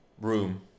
room